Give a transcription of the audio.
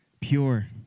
pure